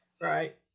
Right